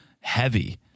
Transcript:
heavy